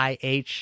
IH